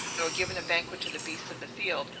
nor given a banquet to the beasts of the field,